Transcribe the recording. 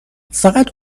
فقط